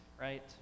right